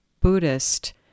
Buddhist